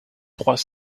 trois